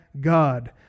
God